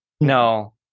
No